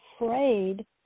afraid